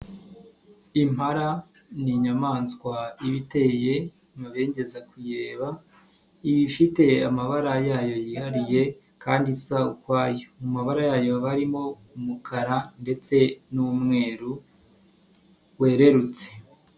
Impala ni inyamaswa iba iteye amabegeza kuyireba, iba ifite amabara yayo yihariye kandi isa ukwaya mu mabara yayo haba harimo umukara ndetse n'umweru wererute.